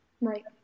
Right